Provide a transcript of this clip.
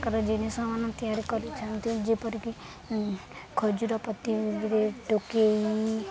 ପ୍ରକାର ଜିନିଷ ମାନ ତିଆରି କରିଛନ୍ତି ଯେପରିକି ଖଜୁର ପତିରେ ଟୋକେଇ